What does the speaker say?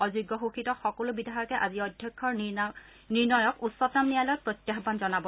অযোগ্য ঘোষিত সকলো বিধায়কে আজি অধ্যক্ষৰ নিৰ্ণয়ক উচ্চতম ন্যায়ালয়ত প্ৰত্যাহান জনাব